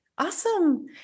awesome